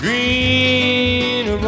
Green